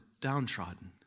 downtrodden